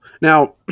now